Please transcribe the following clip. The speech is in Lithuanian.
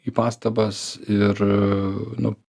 į pastabas ir nu